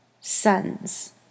sons